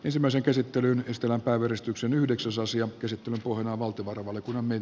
ensimmäisen käsittelyn estellä päivystyksen yhdeksäs asian käsittely vuonna valtiolle ole tavanneet